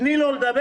תני לו לדבר.